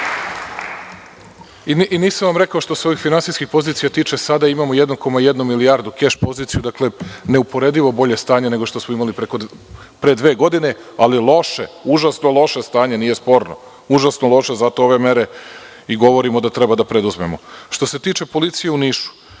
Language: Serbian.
vam rekao što se ovih finansijskih pozicija tiče sada imamo 1,1 milijardu keš poziciju. Dakle, neuporedivo bolje stanje nego što smo imali pre dve godine. Ali loše, užasno loše stanje, nije sporno. Užasno loše, zato ove mere i govorimo da treba da preduzmemo. Što se tiče policije u Nišu,